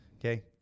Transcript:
okay